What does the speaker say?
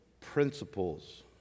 principles